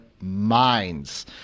minds